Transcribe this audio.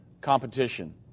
competition